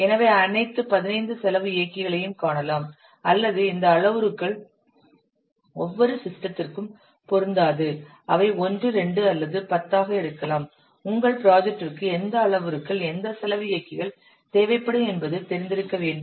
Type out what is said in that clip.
எனவே அனைத்து 15 செலவு இயக்கிகளையும் காணலாம் அல்லது இந்த அளவுருக்கள் ஒவ்வொரு சிஸ்டத்திற்கும் பொருந்தாது அவை 1 2 அல்லது 10 ஆக இருக்கலாம் உங்கள் ப்ராஜெக்டிற்கு எந்த அளவுருக்கள் எந்த செலவு இயக்கிகள் தேவைப்படும் என்பது தெரிந்திருக்க வேண்டும்